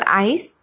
eyes